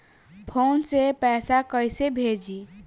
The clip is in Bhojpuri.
फोन से पैसा कैसे भेजी?